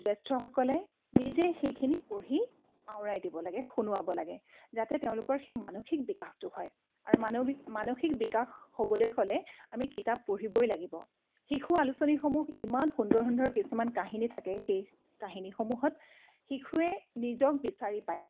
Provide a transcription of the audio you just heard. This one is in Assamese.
জ্যেষ্ঠসকলে নিজে সেইখিনি পঢ়ি আওৰাই দিব লাগে শুনোৱাব লাগে যাতে তেওঁলোকৰ সেই মানসিক বিকাশটো হয় আৰু মানবীক মানসিক বিকাশ হ'বলৈ হ'লে আমি কিতাপ পঢ়িবই লাগিব শিশু আলোচনীসমূহ ইমান সুন্দৰ সুন্দৰ কিছুমান কাহিনী থাকে সেই কাহিনীসমূহত শিশুৱে নিজক বিচাৰি পায়